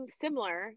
similar